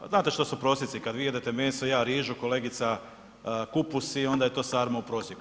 Znate što su prosjeci kad vi jedete meso, ja rižu, kolegica kupus i onda je to sarma u prosjeku.